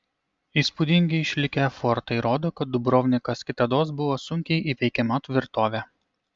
įspūdingi išlikę fortai rodo kad dubrovnikas kitados buvo sunkiai įveikiama tvirtovė